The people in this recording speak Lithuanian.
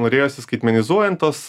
norėjosi skaitmenizuojant tos